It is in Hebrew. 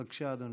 בבקשה, אדוני.